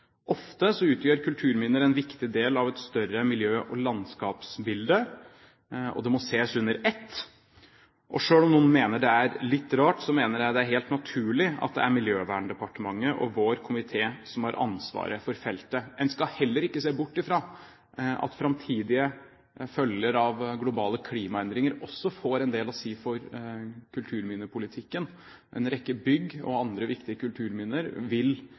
Ofte utgjør kulturminner en viktig del av et større miljø- og landskapsbilde, og det må ses under ett. Selv om noen mener det er litt rart, mener jeg det er helt naturlig at det er Miljøverndepartementet og vår komité som har ansvaret for feltet. En skal heller ikke se bort fra at framtidige følger av globale klimaendringer også får en del å si for kulturminnepolitikken. En rekke bygg og andre viktige kulturminner vil